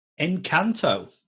Encanto